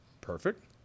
Perfect